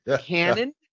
Canon